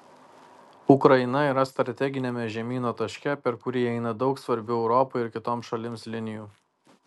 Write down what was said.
ukraina yra strateginiame žemyno taške per kurį eina daug svarbių europai ir kitoms šalims linijų